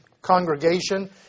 congregation